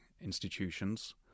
institutions